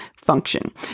function